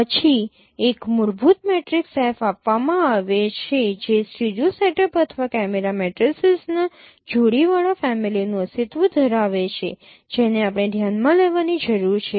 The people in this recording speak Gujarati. પછી એક મૂળભૂત મેટ્રિક્સ F આપવામાં આવે છે જે સ્ટીરિયો સેટઅપ અથવા કેમેરા મેટ્રિસીસના જોડીવાળા ફેમિલીનું અસ્તિત્વ ધરાવે છે જેને આપણે ધ્યાનમાં લેવાની જરૂર છે